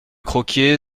croquié